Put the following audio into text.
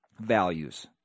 values